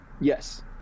Yes